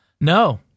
no